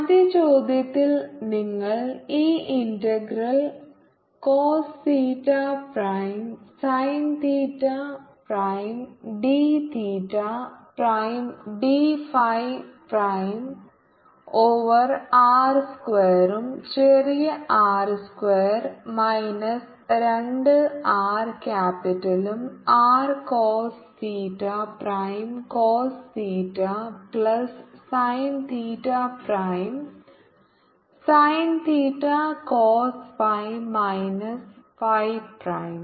ആദ്യ ചോദ്യത്തിൽ നിങ്ങൾ ഈ integral cos theta prime sine theta prime d theta prime d phi prime over r സ്ക്വയറും ചെറിയ ആർ സ്ക്വയർ മൈനസ് രണ്ട് ആർ ക്യാപിറ്റലും r cos theta prime cos theta plus sine theta prime sine theta cos phi minus phi prime